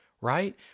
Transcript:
right